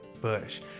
bush